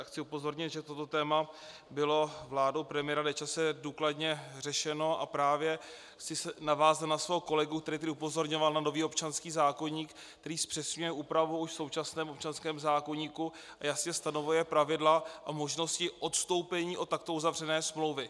A chci upozornit, že toto téma bylo vládou premiéra Nečase důkladně řešeno, a právě chci navázat na svého kolegu, který tady upozorňoval na nový občanský zákoník, který zpřesňuje úpravu už v současném občanském zákoníku a jasně stanovuje pravidla a možnosti odstoupení od takto uzavřené smlouvy.